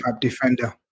defender